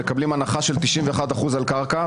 מקבלים הנחה של 91% על קרקע,